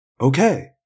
Okay